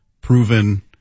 Proven